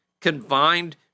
confined